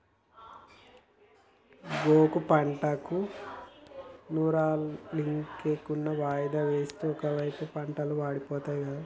గోగాకు పంట నూర్పులింకెన్నాళ్ళు వాయిదా వేస్తావు ఒకైపు పంటలు వాడిపోతుంది గదా